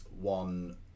one